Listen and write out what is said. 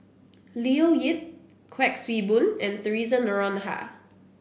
Leo Yip Kuik Swee Boon and Theresa Noronha